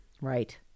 Right